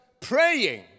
praying